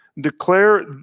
declare